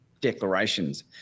declarations